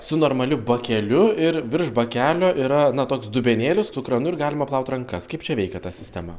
su normaliu bakeliu ir virš bakelio yra na toks dubenėlis su kranu ir galima plaut rankas kaip čia veikia ta sistema